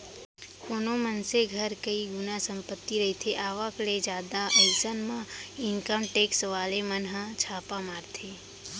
कोनो मनसे घर कई गुना संपत्ति रहिथे आवक ले जादा अइसन म इनकम टेक्स वाले मन ह छापा मारथे